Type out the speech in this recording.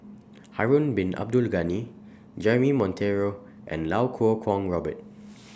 Harun Bin Abdul Ghani Jeremy Monteiro and Lau Kuo Kwong Robert